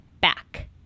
back